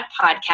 Podcast